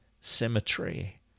symmetry